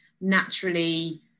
naturally